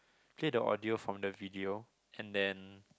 play the audio from the video and then